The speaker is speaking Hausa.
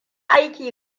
aiki